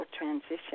transition